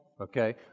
Okay